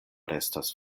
restas